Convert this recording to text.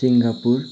Singapore